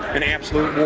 an absolute